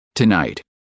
Tonight